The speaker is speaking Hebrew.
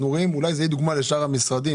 רואים ואולי זאת תהיה דוגמה לשאר המשרדים